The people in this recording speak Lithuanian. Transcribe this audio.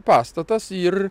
pastatas ir